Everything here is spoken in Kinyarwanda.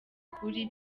ukuri